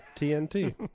TNT